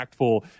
impactful